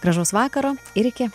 gražaus vakaro ir iki